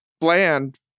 bland